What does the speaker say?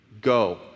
Go